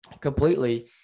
completely